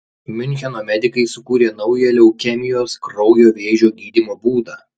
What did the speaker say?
miuncheno medikai sukūrė naują leukemijos kraujo vėžio gydymo būdą